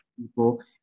people